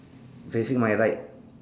facing my right